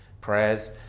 prayers